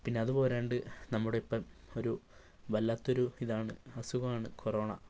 പിന്നെ അതുപോരാണ്ട് നമ്മുടെ ഇപ്പം ഒരു വല്ലാത്തൊരു ഇതാണ് അസുഖമാണ് കൊറോണ